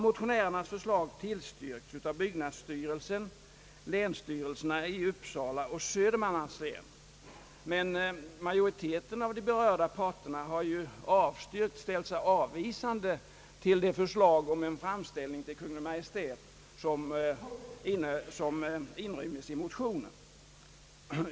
Motionärernas förslag har tillstyrkts av byggnadsstyrelsen och länsstyrelserna i Uppsala och Södermanlands län, men majoriteten av de berörda parterna har ställt sig avvisande till det förslag om en framställning till Kungl. Maj:t som innefattas i motionen.